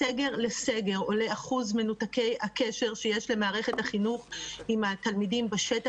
מסגר לסגר עולה אחוז מנותקי הקשר שיש למערכת החינוך עם התלמידים בשטח.